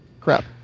Crap